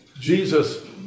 Jesus